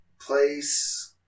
place